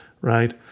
right